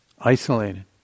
isolated